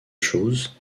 chose